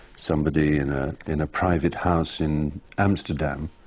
somebody in ah in a private house in amsterdam,